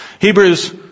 Hebrews